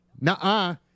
nah